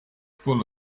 full